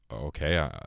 okay